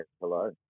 hello